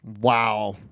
Wow